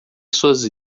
suas